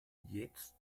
jetzt